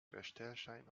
bestellschein